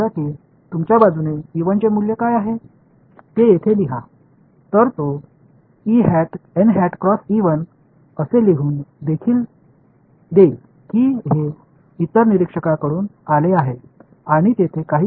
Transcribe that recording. எனவே நான் பார்வையாளர்கள் இடத்தில் உங்களுக்கு என்றால் என்ன என்று கேட்டால் அவர் எனக்கு சமமாக இருப்பார் என்று அவர் கூறுவார் ஏய் பார்வையாளர் 1 உங்கள் பக்கத்தில் என்ன மதிப்பு என்று சொல்லுங்கள் அவர் அதை இங்கே எழுதுவார்